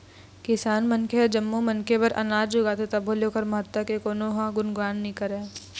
किसान मनखे ह जम्मो मनखे बर अनाज उगाथे तभो ले ओखर महत्ता के कोनो ह गुनगान नइ करय